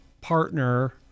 partner